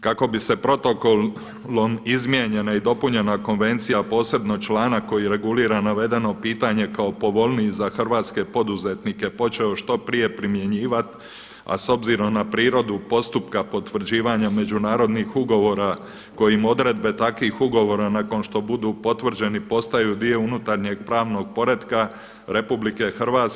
Kako bi se protokolom izmijenjena i dopunjena konvencija a posebno članak koji regulira navedeno pitanje kao povoljniji za hrvatske poduzetnike počeo što prije primjenjivat a s obzirom na prirodu postupka potvrđivanja međunarodnih ugovora kojim odredbe takvih ugovora nakon što budu potvrđeni postaju dio unutarnjeg pravnog poretka RH.